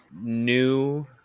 new